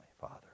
father